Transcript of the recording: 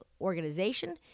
organization